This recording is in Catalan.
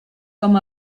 com